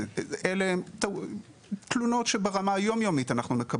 אלה תלונות שאנחנו מקבלים ברמה היומיומית.